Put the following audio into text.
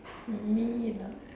me lah